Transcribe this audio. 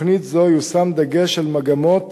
בתוכנית זו יושם דגש על מגמות